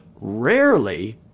rarely